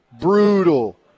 brutal